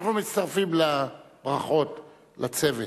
אנחנו מצטרפים לברכות לצוות.